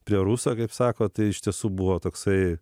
prie ruso kaip sako tai iš tiesų buvo toksai